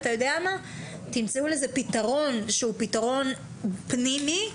תמצאו לזה פתרון שהוא פתרון פנימי,